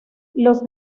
los